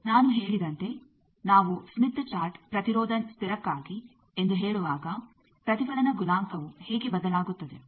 ನಾನು ಹೇಳಿದಂತೆ ನಾವು ಸ್ಮಿತ್ ಚಾರ್ಟ್ ಪ್ರತಿರೋಧ ಸ್ಥಿರಕ್ಕಾಗಿ ಎಂದು ಹೇಳುವಾಗ ಪ್ರತಿಫಲನ ಗುಣಾಂಕವು ಹೇಗೆ ಬದಲಾಗುತ್ತದೆ